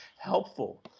helpful